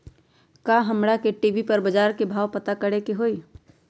का हमरा टी.वी पर बजार के भाव पता करे के होई?